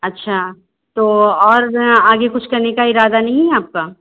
अच्छा तो और आगे कुछ करने का इरादा नहीं है आपका